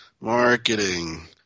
marketing